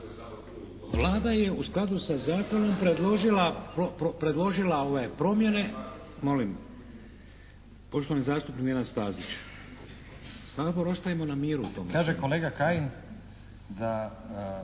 Vlada je u skladu sa zakonom predložila ove promjene, molim? Poštovani zastupnik Nenad Stazić. Sabor ostavimo na miru u tom …